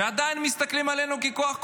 ועדיין מסתכלים עלינו ככוח כובש.